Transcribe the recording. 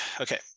Okay